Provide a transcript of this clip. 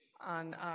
on